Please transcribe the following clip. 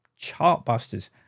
Chartbusters